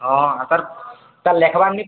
ହଁ ଆ ତା'ର ତା'ର ଲେଖବାର ନି